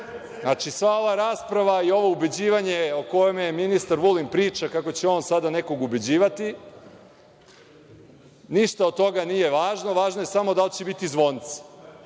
Znači, sva ova rasprava i ovo ubeđivanje o kojem ministar Vulin priča, kako će on sada nekog ubeđivati, ništa od toga nije važno, važno je samo da li će biti zvonce,